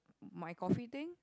my coffee thing